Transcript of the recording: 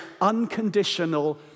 unconditional